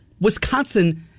Wisconsin